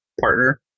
partner